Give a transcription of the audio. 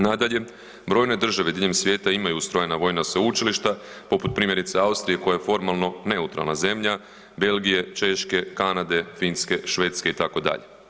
Nadalje, brojne države diljem svijeta imaju ustrojena vojna sveučilišta poput primjerice Austrije koja je formalno neutralna zemlja, Belgije, Češke, Kanade, Finske, Švedske itd.